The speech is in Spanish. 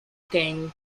kane